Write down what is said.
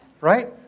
Right